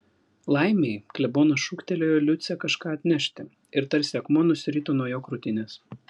laimei klebonas šūktelėjo liucę kažką atnešti ir tarsi akmuo nusirito nuo jo krūtinės